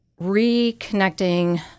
reconnecting